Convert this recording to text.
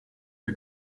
der